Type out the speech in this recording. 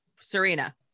Serena